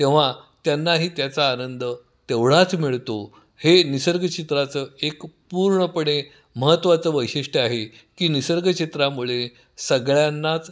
तेव्हा त्यांनाही त्याचा आनंद तेवढाच मिळतो हे निसर्गचित्राचं एक पूर्णपणे महत्त्वाचं वैशिष्ट्य आहे की निसर्गचित्रामुळे सगळ्यांनाच